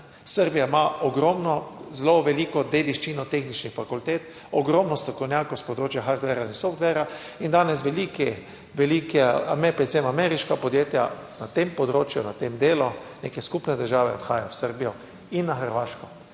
Srbija ima ogromno, zelo veliko dediščino tehničnih fakultet, ogromno strokovnjakov s področja Hardware in Software in danes veliki, veliki, predvsem ameriška podjetja na tem področju, na tem delu neke skupne države odhajajo v Srbijo in na Hrvaško.